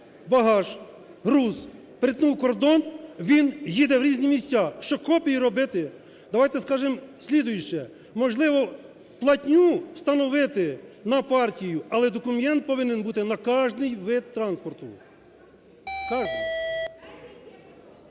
багаж, груз перетнув кордон, він їде в різні місця. Що, копії робити? Давайте скажемо слідуюче. Можливо, платню встановити на партію, але документ повинен бути на кожен вид транспорту.